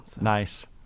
Nice